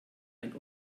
ein